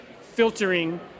filtering